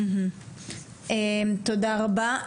תודה רבה.